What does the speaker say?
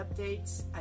updates